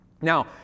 Now